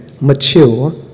mature